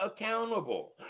accountable